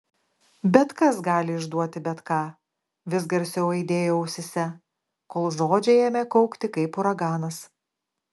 bet kas gali išduoti bet ką vis garsiau aidėjo ausyse kol žodžiai ėmė kaukti kaip uraganas